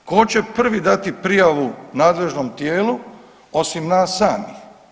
Tko će prvi dati prijavu nadležnom tijelu osim nas samih?